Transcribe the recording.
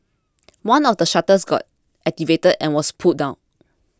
one of the shutters got activated and was pulled down